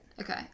Okay